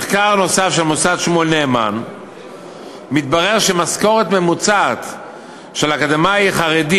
במחקר של מוסד שמואל נאמן מתברר שמשכורת ממוצעת של אקדמאי חרדי,